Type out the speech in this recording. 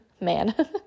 man